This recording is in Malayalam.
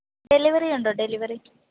ഡെലിവറി ഉണ്ടോ ഡെലിവറി